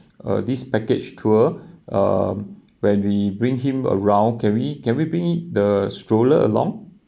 uh this package tour um when we bring him around can we can we bring in the stroller along